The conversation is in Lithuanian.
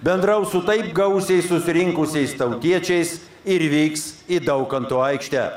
bendraus su taip gausiai susirinkusiais tautiečiais ir vyks į daukanto aikštę